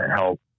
help